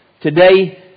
Today